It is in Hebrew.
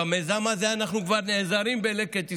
במיזם הזה אנחנו כבר נעזרים בלקט ישראל,